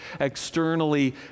externally